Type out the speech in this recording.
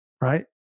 right